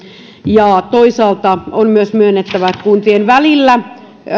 ja toisaalta on myös myönnettävä että kuntien välillä